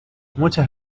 muchas